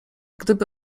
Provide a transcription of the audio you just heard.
gdyby